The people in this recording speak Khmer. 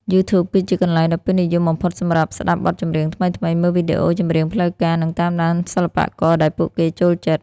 YouTube គឺជាកន្លែងដ៏ពេញនិយមបំផុតសម្រាប់ស្ដាប់បទចម្រៀងថ្មីៗ មើលវីដេអូចម្រៀងផ្លូវការ និងតាមដានសិល្បករដែលពួកគេចូលចិត្ត។